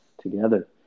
together